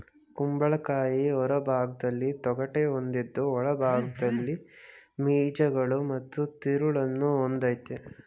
ಕುಂಬಳಕಾಯಿ ಹೊರಭಾಗ್ದಲ್ಲಿ ತೊಗಟೆ ಹೊಂದಿದ್ದು ಒಳಭಾಗ್ದಲ್ಲಿ ಬೀಜಗಳು ಮತ್ತು ತಿರುಳನ್ನು ಹೊಂದಯ್ತೆ